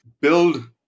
build